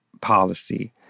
policy